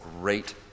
great